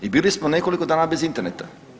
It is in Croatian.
I bili smo nekoliko dana bez interneta.